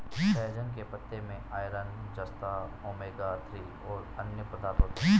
सहजन के पत्ते में आयरन, जस्ता, ओमेगा थ्री और अन्य पदार्थ होते है